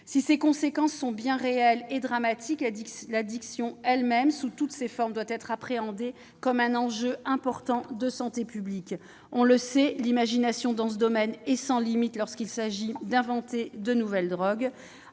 Si ces conséquences sont bien réelles et dramatiques, l'addiction elle-même, sous toutes ses formes, doit être appréhendée comme un enjeu de santé publique. On le sait, l'imagination est sans limites lorsqu'il s'agit d'inventer de nouvelles drogues.